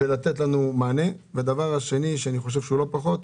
יותר חשוב